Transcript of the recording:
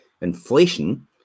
Inflation